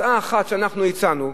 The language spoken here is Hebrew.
הצעה אחת שאנחנו הצענו,